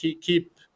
keep